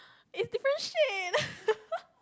it's different shade